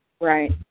Right